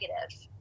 negative